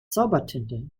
zaubertinte